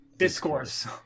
discourse